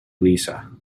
lisa